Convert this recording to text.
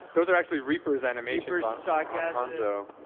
those are actually reaper's animations on hanzo.